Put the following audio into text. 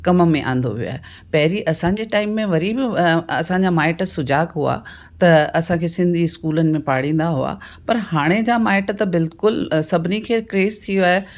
कम में आंदो वियो आहे पहिरीं असांजे टाइम में वरी बि असांजा माइट सुजागु हुआ त असांखे सिंधी स्कूलनि में पाढ़ींदा हुआ पर हाणे जा माइट त बिल्कुलु सभिनी खे क्रेज थियो आहे